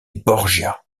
borgia